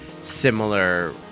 similar